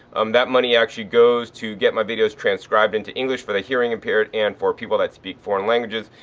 um that money actually goes to get my videos transcribed into english for the hearing impaired and for people that speak foreign languages.